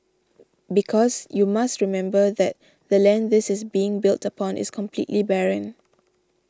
because you must remember that the land this is being built upon is completely barren